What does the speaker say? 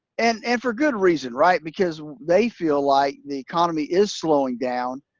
and and for good reason right? because they feel like the economy is slowing down,